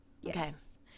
Yes